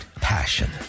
passion